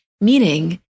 Meaning